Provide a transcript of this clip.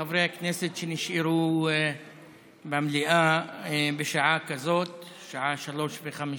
חברי הכנסת שנשארו במליאה בשעה כזאת, בשעה 03:05,